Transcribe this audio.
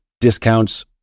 discounts